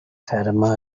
fatima